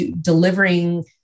delivering